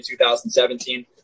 2017